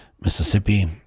Mississippi